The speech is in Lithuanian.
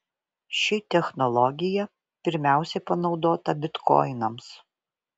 ši technologija pirmiausia panaudota bitkoinams